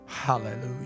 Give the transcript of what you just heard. Hallelujah